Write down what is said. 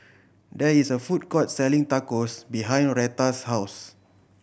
there is a food court selling Tacos behind Retta's house